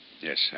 Yes